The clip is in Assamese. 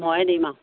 ময়ে দিম আৰু